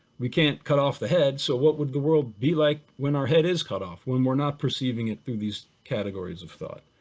we can't cut off the head so what would the world be like when our head is cut off, when we're not perceiving it through these categories of thought?